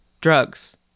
drugs